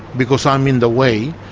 because i'm in the way,